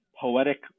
poetic